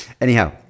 anyhow